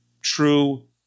true